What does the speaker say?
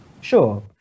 Sure